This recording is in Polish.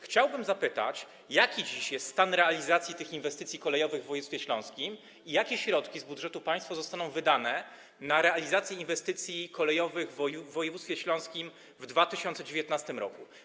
Chciałbym zapytać, jaki dziś jest stan realizacji tych inwestycji kolejowych w województwie śląskim i jakie środki z budżetu państwa zostaną wydane na realizację inwestycji kolejowych w województwie śląskim w 2019 r.